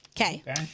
Okay